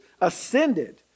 ascended